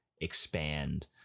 expand